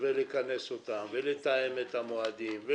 לכנס אותם ולתאם את המועדים.